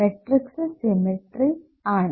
matrix symmetry ആണ്